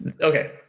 Okay